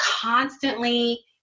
constantly